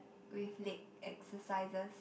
with leg exercises